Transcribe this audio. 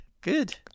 good